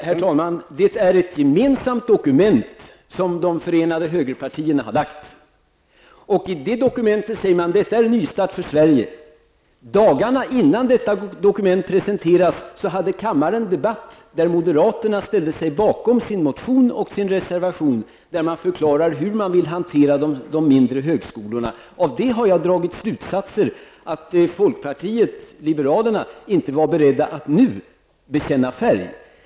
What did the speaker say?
Herr talman! Det är ett gemensamt dokument, som de förenade högerpartierna har lagt. I det dokumentet säger man: Det är en nystart för Dagarna innan detta dokument presenterades hade kammaren en debatt, där moderaterna ställde sig bakom sin motion och sin reservation och där man förklarade hur man vill hantera de mindre högskolorna. Av detta har jag dragit slutsatsen att man i folkpartiet liberalerna inte var beredd att känna färg.